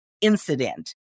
incident